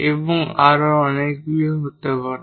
এবং আরো অনেকগুলি হতে পারে